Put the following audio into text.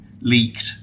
leaked